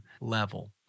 level